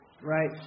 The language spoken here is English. right